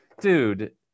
dude